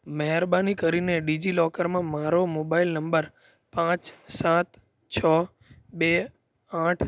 મહેરબાની કરીને ડિજિલોકરમાં મારો મોબાઇલ નંબર પાંચ સાત છ બે આઠ